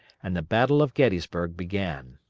and the battle of gettysburg began.